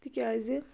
تِکیٛازِ